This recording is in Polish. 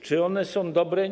Czy one są dobre?